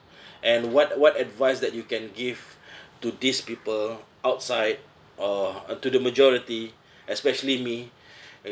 and what what advice that you can give to these people outside or uh to the majority especially me